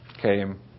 came